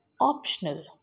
optional